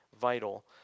vital